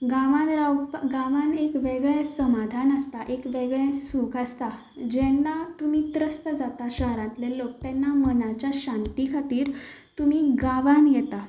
गांवांत रावपा गांवांत एक वेगळें समाधान आसता एक वेगळें सूख आसता जेन्ना तुमी तस्त जातात शारांतले लोक तेन्ना मनाच्या शांती खातीर तुमी गांवांत येता